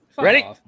Ready